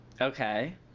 Okay